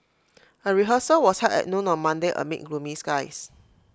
A rehearsal was held at noon on Monday amid gloomy skies